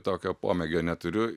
tokio pomėgio neturiu